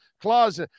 clause